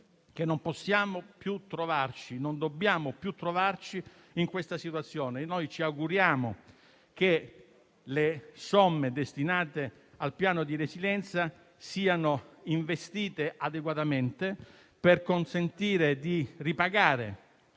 che non possiamo e non dobbiamo più trovarci in questa situazione. Noi ci auguriamo che le somme destinate al Piano di ripresa e resilienza siano investite adeguatamente, per consentire di ripagare